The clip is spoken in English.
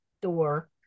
store